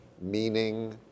Meaning